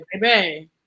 baby